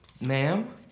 ma'am